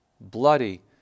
Bloody